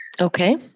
Okay